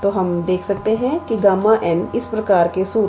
तो हम देख सकते हैं कि यह Γ इस प्रकार के सूत्र